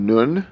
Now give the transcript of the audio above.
Nun